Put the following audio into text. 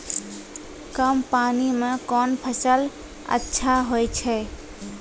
कम पानी म कोन फसल अच्छाहोय छै?